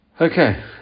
Okay